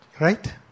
Right